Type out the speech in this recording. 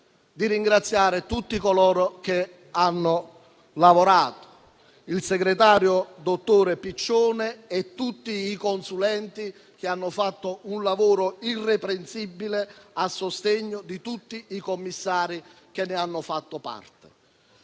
di ringraziare tutti coloro che vi hanno lavorato: il segretario, dottor Piccione, e tutti i consulenti che hanno svolto un lavoro irreprensibile, a sostegno di tutti i commissari che ne hanno fatto parte.